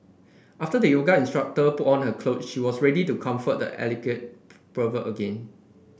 after the yoga instructor put on her clothe she was ready to confront the alleged pervert again